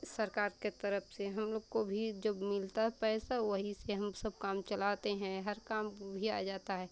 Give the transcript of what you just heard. सरकार की तरफ से हम लोग को भी जो मिलता पैसा वही से हम सब काम चलाते हैं हर काम लिया जाता है